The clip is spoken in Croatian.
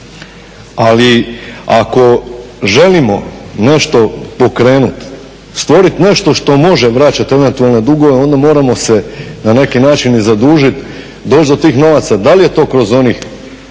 Ali ako želimo nešto pokrenuti, stvoriti nešto što može vraćati eventualne dugove onda se moramo na neki način i zadužiti, doći do tih novaca. Da li je to kroz onih